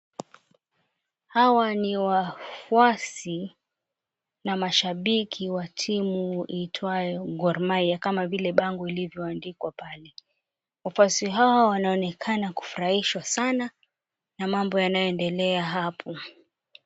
Hawa ni wafuasi na mashabiki wa timu iitwayo Gor Maia kama vile bango ilivyo andikwa pale. Wafuasi hawa wanaonekana kufurahishwa sana na mambo yanayo endelea hapo.